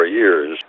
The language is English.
years